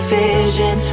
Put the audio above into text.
vision